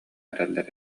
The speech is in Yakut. эрэллэр